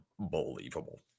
unbelievable